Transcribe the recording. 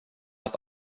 att